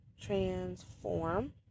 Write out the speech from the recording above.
Transform